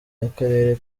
y’akarere